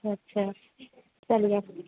اچھا چلیے